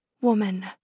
woman